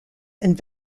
and